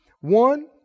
one